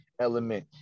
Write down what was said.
element